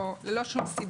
אפשר להגיד ללא כל סיבה,